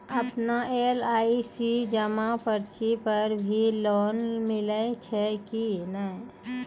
आपन एल.आई.सी जमा पर्ची पर भी लोन मिलै छै कि नै?